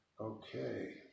Okay